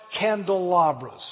candelabras